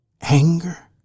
anger